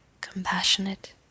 compassionate